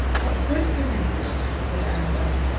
what good can they do us? said arabella,